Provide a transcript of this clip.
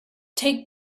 take